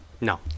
No